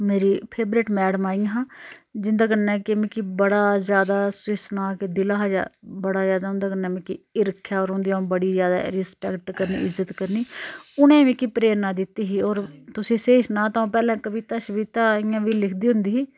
मेरी favourite madam आइयां हियां जिंदे कन्नै कि मिकी बड़ा ज्यादा तुसें सना के दिला हा बड़ा ज्यादा उंदे कन्नै मिकी हिरख ऐ होर उं'दी आ'ऊं बड़ी ज्यादा रिस्पैक्ट करनी इज्जत करनी उनें मिकी प्रेरना दित्ती ही होर तुसें सेही सनां तां आ'ऊं पैह्लैं कविता शविता इयां बी लिखदी होंदी ही